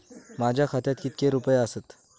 माझ्या खात्यात कितके रुपये आसत?